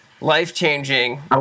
life-changing